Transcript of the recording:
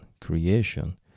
creation